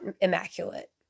immaculate